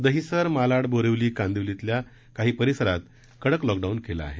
दहिसर मालाड बोरीवली कांदिवलीतल्या काही परिसरात कडक लॉकडाऊन केलं आहे